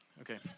Okay